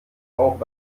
auch